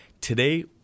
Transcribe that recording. today